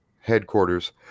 headquarters